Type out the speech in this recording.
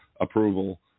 approval